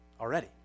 already